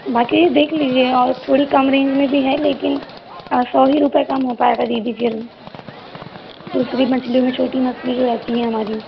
बाकी देख लीजिए और थोड़ी कम रेंज में भी है लेकिन सौ ही रुपये कम हो पाएगा दीदी फिर दूसरी मछलियों में छोटी मछली जो रहती हैं हमारी